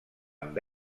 amb